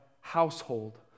household